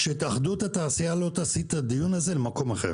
שהתאחדות התעשיינים לא תסיט את הדיון הזה למקום אחר.